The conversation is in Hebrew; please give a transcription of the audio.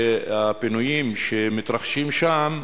והפינויים שמתרחשים שם,